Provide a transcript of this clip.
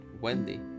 Wendy